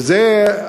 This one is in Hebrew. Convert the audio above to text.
וזה,